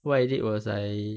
what I did was I